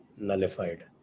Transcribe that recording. nullified